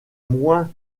moins